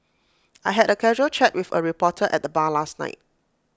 I had A casual chat with A reporter at the bar last night